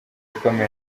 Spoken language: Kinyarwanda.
ikomeye